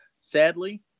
sadly